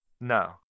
No